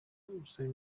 gusaba